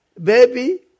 baby